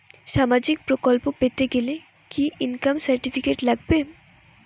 সামাজীক প্রকল্প পেতে গেলে কি ইনকাম সার্টিফিকেট লাগবে?